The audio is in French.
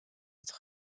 être